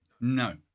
No